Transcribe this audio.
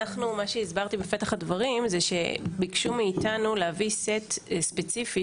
מה שהסברתי בפתח הדברים זה שביקשו מאיתנו להביא סט ספציפי,